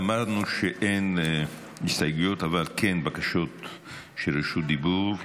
אמרנו שאין הסתייגויות, אבל כן בקשות לרשות דיבור.